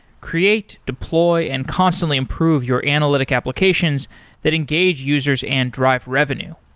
create, deploy and constantly improve your analytic applications that engage users and drive revenue.